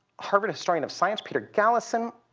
harvard historian of science, peter gallison,